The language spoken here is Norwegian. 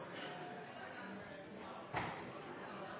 teken